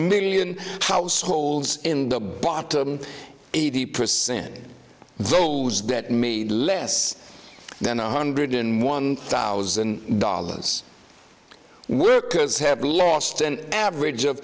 million households in the bottom eighty percent those that made less than one hundred in one thousand dollars workers have lost an average of